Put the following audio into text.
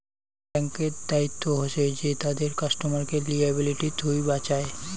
ব্যাঙ্ক্ত দায়িত্ব হসে যে তাদের কাস্টমারকে লিয়াবিলিটি থুই বাঁচায়